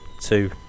two